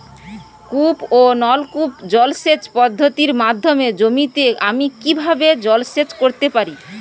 কূপ ও নলকূপ জলসেচ পদ্ধতির মাধ্যমে জমিতে আমি কীভাবে জলসেচ করতে পারি?